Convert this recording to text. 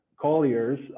Collier's